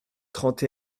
trente